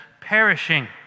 perishing